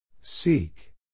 Seek